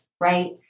right